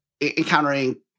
encountering